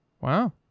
Wow